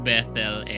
Bethel